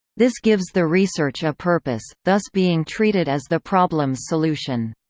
this gives the research a purpose, thus being treated as the problem's solution.